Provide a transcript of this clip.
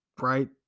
right